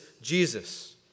Jesus